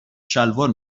شلوار